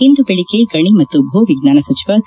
ಇಂದು ಬೆಳಿಗ್ಗೆ ಗಣಿ ಮತ್ತು ಭೂವಿಜ್ಞಾನ ಸಚಿವ ಸಿ